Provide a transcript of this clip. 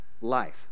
life